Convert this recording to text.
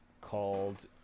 called